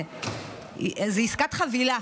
זו עסקת חבילה.